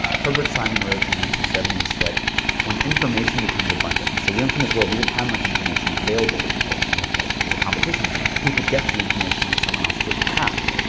herbert simon wrote in the nineteen seventy s that when information becomes abundant so we went from this world. we didn't have much information available to people. you had to, like it was a competition for who could get the information that someone else didn't have.